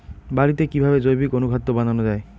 বাড়িতে কিভাবে জৈবিক অনুখাদ্য বানানো যায়?